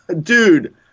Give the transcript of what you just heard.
dude